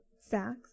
Sacks